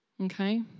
Okay